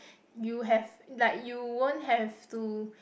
you have like you won't have to